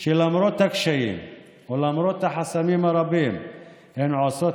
שלמרות הקשיים ולמרות החסמים הרבים הן עושות